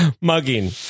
mugging